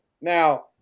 Now